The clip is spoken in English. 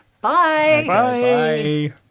Bye